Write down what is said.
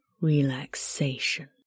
relaxation